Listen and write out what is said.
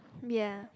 ya